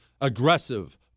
Aggressive